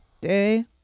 Day